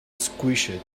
squished